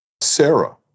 Sarah